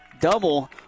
Double